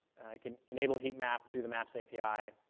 and i can enable heat map through the maps api.